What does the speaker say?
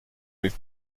with